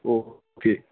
okay